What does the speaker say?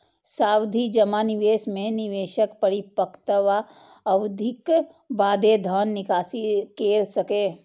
सावधि जमा निवेश मे निवेशक परिपक्वता अवधिक बादे धन निकासी कैर सकैए